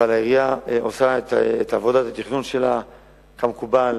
אבל העירייה עושה את עבודת התכנון שלה כמקובל,